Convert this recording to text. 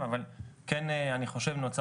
אבל אם מישהו נוהג